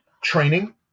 training